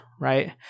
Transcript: right